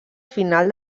final